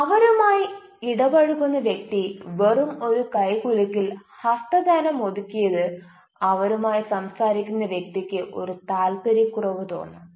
അവരുമായി ഇടപഴകുന്ന വ്യക്തി വെറും ഒരു കൈ കുലുക്കിൽ ഹസ്തദാനം ഒതുക്കിയത് അവരുമായി സംസാരിക്കുന്ന വ്യക്തിക്ക് ഒരു താൽപര്യക്കുറവ് തോന്നാം